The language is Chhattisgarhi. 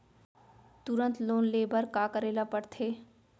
तुरंत लोन ले बर का करे ला पढ़थे?